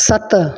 सत